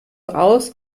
aus